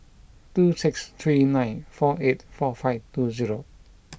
two six three nine four eight four five two zero